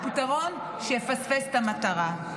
הוא פתרון שיפספס את המטרה.